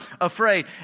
afraid